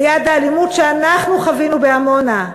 ליד האלימות שאנחנו חווינו בעמונה.